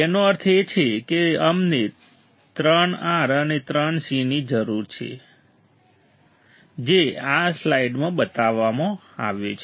તેનો અર્થ એ કે અમને 3 R અને 3 Cની જરૂર છે જે આ સ્લાઇડમાં બતાવવામાં આવ્યું છે